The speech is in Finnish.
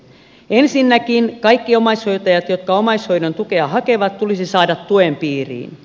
ensinnäkin kaikki omaishoitajat jotka omaishoidon tukea hakevat tulisi saada tuen piiriin